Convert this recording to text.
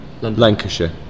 Lancashire